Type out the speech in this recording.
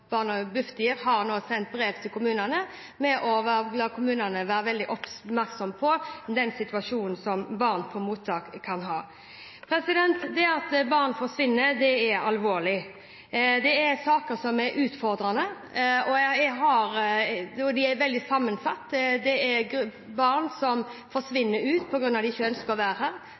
Bufdir har nå sendt brev til kommunene om at de må være veldig oppmerksomme på den situasjonen som barn på mottak kan være i. Det at barn forsvinner, er alvorlig. Sakene er utfordrende, og de er veldig sammensatt. Det er barn som forsvinner fordi de ikke ønsker å være her, det kan være barn som